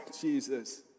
Jesus